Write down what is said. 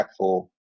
impactful